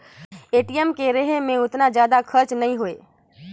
ATM के रहें मे ओतना जादा खरचा नइ होए